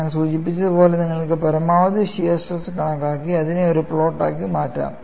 ഞാൻ സൂചിപ്പിച്ചതുപോലെ നിങ്ങൾക്ക് പരമാവധി ഷിയർ സ്ട്രെസ് കണക്കാക്കി അതിനെ ഒരു പ്ലോട്ടാക്കി മാറ്റാം